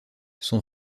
son